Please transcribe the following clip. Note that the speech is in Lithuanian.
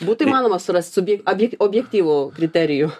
būtų įmanoma surast subj abje objektyvų kriterijų